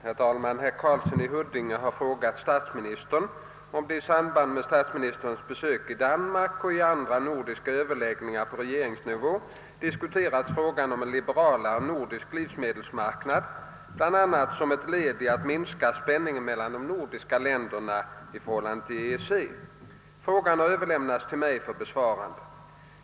Herr talman! Herr Karlsson i Hud dinge har frågat statsministern om man i samband med dennes besök i Danmark och andra nordiska överläggningar på regeringsnivå diskuterat frågan om en liberalare nordisk livsmedelsmarknad, bland annat som ett led i att minska spänningen mellan de nordiska länderna i förhållandet till EEC. Frågan har överlämnats till mig för besvarande.